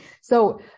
So-